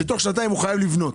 תוך שנתיים הקבלן חייב לבנות.